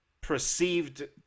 perceived